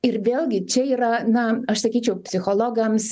ir vėlgi čia yra na aš sakyčiau psichologams